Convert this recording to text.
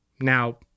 now